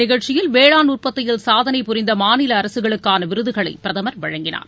இந்த நிகழ்ச்சியில் வேளாண் உற்பத்தியில் சாதனை புரிந்த மாநில அரசுகளுக்கான விருதுகளை பிரதமர் வழங்கினார்